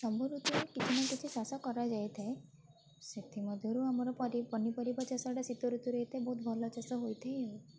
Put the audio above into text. ସବୁ ଋତୁରେ କିଛି ନା କିଛି ଚାଷ କରାଯାଇଥାଏ ସେଥିମଧ୍ୟରୁ ଆମର ପନିପରିବା ଚାଷଟା ଶୀତ ଋତୁରେ ଏତେ ବହୁତ ଭଲ ଚାଷ ହୋଇଥାଏ ଆଉ